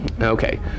okay